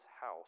house